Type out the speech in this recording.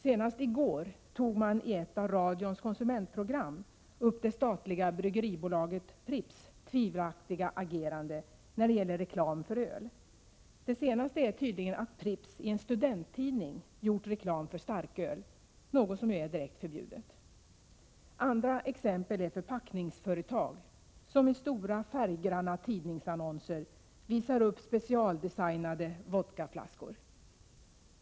Senast i går tog man i ett av radions konsumentprogram upp det statliga bryggeribolaget Pripps tvivelaktiga agerande när det gäller reklam för öl. Det senaste är tydligen att Pripps i en studenttidning gjort reklam för starköl — något som är direkt förbjudet. Andra exempel är förpackningsföretag som i stora färggranna tidningsannonser visar upp specialdesignade vodkaflaskor.